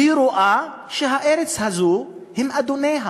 היא רואה שהארץ הזאת, הם אדוניה,